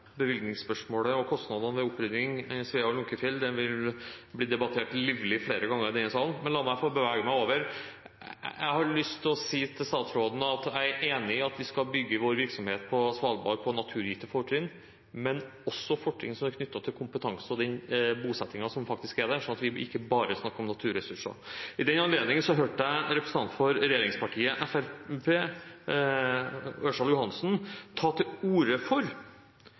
bevilgningsspørsmålet og kostnadene ved opprydning av Svea og Lunckefjell vil bli debattert livlig flere ganger i denne sal, men la meg få bevege meg videre: Jeg har lyst til å si til statsråden at jeg er enig i at vi skal bygge vår virksomhet på Svalbard på naturgitte fortrinn, men også på fortrinn som er knyttet til kompetanse og den bosettingen som faktisk er der, så vi ikke bare snakker om naturressurser. I den anledning hørte jeg en representant for regjeringspartiet Fremskrittspartiet – Morten Ørsal Johansen – ta til orde for